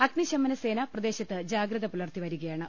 അഗ്നിശമനസേന പ്രദേ ശത്ത് ജാഗ്രത പുലർത്തി വരികയാണ്